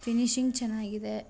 finishing ಚೆನ್ನಾಗಿದೆ